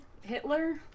Hitler